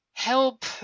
help